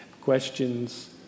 Questions